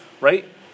Right